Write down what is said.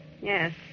Yes